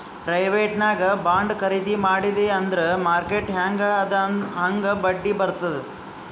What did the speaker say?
private ನಾಗ್ bond ಖರ್ದಿ ಮಾಡಿದಿ ಅಂದುರ್ ಮಾರ್ಕೆಟ್ ಹ್ಯಾಂಗ್ ಅದಾ ಹಾಂಗ್ ಬಡ್ಡಿ ಬರ್ತುದ್